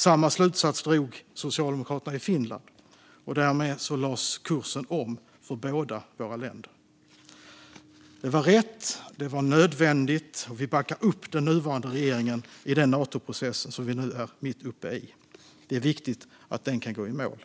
Samma slutsats drog socialdemokraterna i Finland, och därmed lades kursen om för båda våra länder. Det var rätt, det var nödvändigt och vi backar upp den nuvarande regeringen i den Natoprocess som vi är mitt uppe i. Det är viktigt att den kan gå i mål.